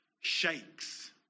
shakes